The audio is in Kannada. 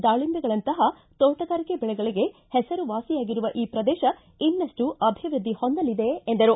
ದಾಳಿಂಬೆಗಳಂತಹ ತೋಟಗಾರಿಕೆ ಬೆಳೆಗಳಿಗೆ ಹೆಸರುವಾಸಿಯಾಗಿರುವ ಈ ಪ್ರದೇಶ ಇನ್ನಷ್ಟು ಅಭಿವೃದ್ದಿ ಹೊಂದಲಿದೆ ಎಂದರು